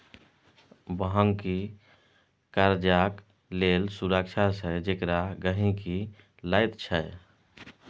बन्हकी कर्जाक लेल सुरक्षा छै जेकरा गहिंकी लैत छै